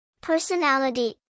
Personality